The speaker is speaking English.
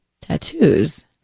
tattoos